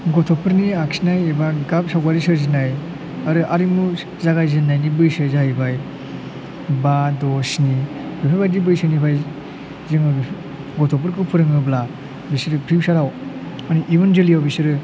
गथ'फोरनि आखिनाय एबा गाब सावगारि सोरजिनाय आरो आरिमु जागाय जेननायनि बैसोया जाहैबाय बा द' स्नि बेबायदि बैसोनिफ्राय जोंनि गथ'फोरखौ फोरोङोब्ला बिसोरो फिउसाराव माने इउन जोलैयाव बिसोरो